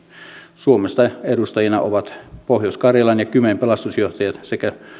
suomesta edustajina ovat pohjois karjalan ja kymen pelastusjohtajat sekä